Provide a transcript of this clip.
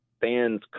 fans